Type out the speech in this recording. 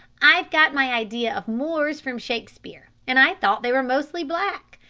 i've got my idea of moors from shakespeare, and i thought they were mostly black.